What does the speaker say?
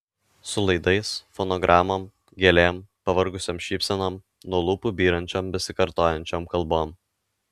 su laidais fonogramom gėlėm pavargusiom šypsenom nuo lūpų byrančiom besikartojančiom kalbom